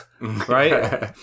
Right